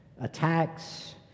attacks